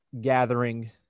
gathering